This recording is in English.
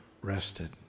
rested